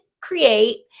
create